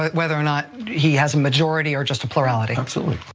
whether or not he has a majority, or just a plurality? absolutely.